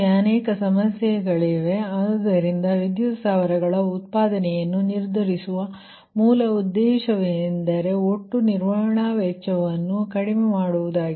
ಅನೇಕ ಸಮಸ್ಯೆಗಳಿವೆ ಆದ್ದರಿಂದ ವಿವಿಧ ಸ್ಥಾವರಗಳ ಉತ್ಪಾದನೆಯನ್ನು ನಿರ್ಧರಿಸುವ ಮೂಲ ಉದ್ದೇಶವೆಂದರೆ ಒಟ್ಟು ನಿರ್ವಹಣಾ ವೆಚ್ಚವನ್ನು ಕಡಿಮೆ ಮಾಡುವುದಾಗಿದೆ